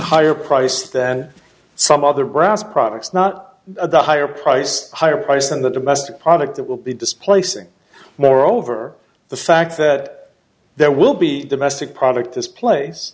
higher price than some other brass products not at the higher price higher price than the domestic product that will be displacing more over the fact that there will be domestic product this place